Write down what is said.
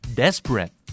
desperate